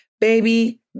baby